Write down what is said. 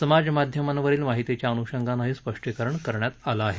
समाज माध्यमांवरील माहितीच्या अनुषंगाने हे स्पष्टीकरण करण्यात आलं आहे